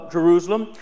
Jerusalem